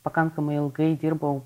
pakankamai ilgai dirbau